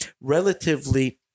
relatively